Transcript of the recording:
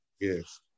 yes